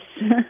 Yes